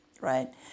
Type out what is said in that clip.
right